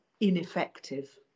ineffective